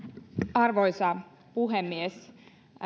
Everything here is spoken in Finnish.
arvoisa puhemies